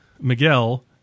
Miguel